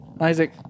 Isaac